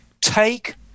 take